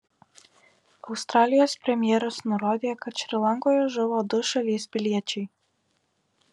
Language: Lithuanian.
australijos premjeras nurodė kad šri lankoje žuvo du šalies piliečiai